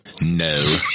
No